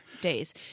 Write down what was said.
days